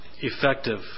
effective